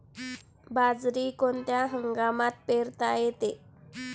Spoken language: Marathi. बाजरी कोणत्या हंगामात पेरता येते?